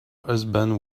husband